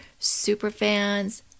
Superfans